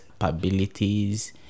abilities